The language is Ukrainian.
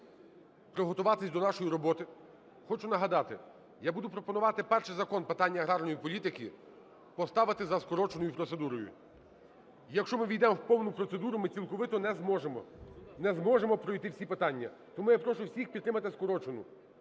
приготуватись до нашої роботи. Хочу нагадати, я буду пропонувати перший закон питань аграрної політики поставити за скороченою процедурою. Якщо ми ввійдемо в повну процедуру, ми цілковито не зможемо, не зможемо пройти всі питання. Тому я прошу всіх підтримати скорочену.